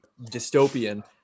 dystopian